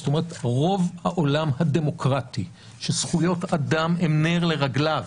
כלומר רוב העולם הדמוקרטי של זכויות אדם הם נר לרגליו.